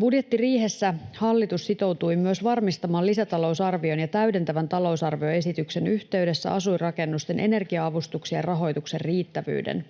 Budjettiriihessä hallitus sitoutui myös varmistamaan lisätalousarvion ja täydentävän talousarvioesityksen yhteydessä asuinrakennusten energia-avustuksien rahoituksen riittävyyden.